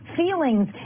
feelings